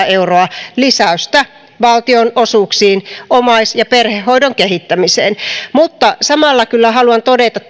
euroa lisäystä valtionosuuksiin omais ja perhehoidon kehittämiseen mutta samalla kyllä haluan todeta